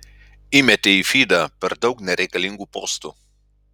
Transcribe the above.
įmetė į fydą per daug nereikalingų postų